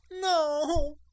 no